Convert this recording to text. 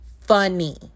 funny